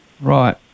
Right